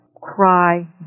cry